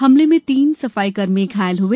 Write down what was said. हमले में तीन सफाईकर्मी घायल हए